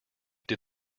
did